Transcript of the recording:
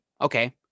okay